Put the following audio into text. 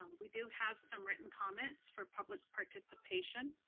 um we do have some written comments for public participation.